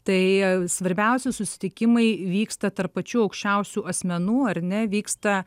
tai svarbiausi susitikimai vyksta tarp pačių aukščiausių asmenų ar ne vyksta